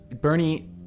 Bernie